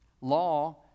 law